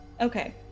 Okay